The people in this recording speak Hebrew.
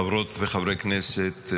חברות וחברי כנסת,